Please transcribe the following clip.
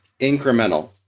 incremental